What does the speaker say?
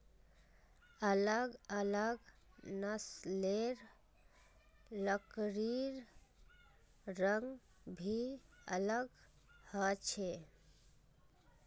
अलग अलग नस्लेर लकड़िर रंग भी अलग ह छे